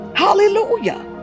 Hallelujah